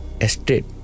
Estate